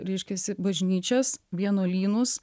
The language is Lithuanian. reiškiasi bažnyčias vienuolynus